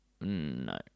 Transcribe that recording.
No